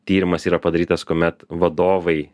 tyrimas yra padarytas kuomet vadovai